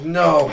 no